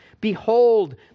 Behold